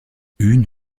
une